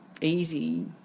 easy